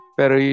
pero